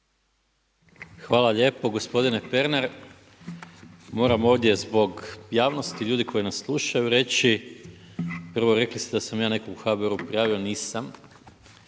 Hvala lijepo. Gospodine Pernar, moramo ovdje zbog javnosti, ljudi koji nas slušaju reći, prvo rekli ste da sam ja nekoga u HBOR-u prijavio, nisam.